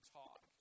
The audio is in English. talk